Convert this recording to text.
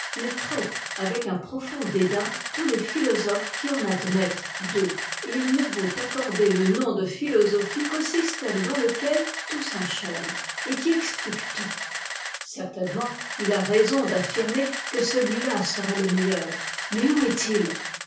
t traite avec un profond dédain tous les philosophes qui en admettent deux et il ne veut accorder le nom de philosophie qu'au système dans lequel tout s'enchaîne et qui explique tout certainement il a raison d'affirmer queeetui tà serait e meilleur mais où est-il